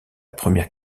première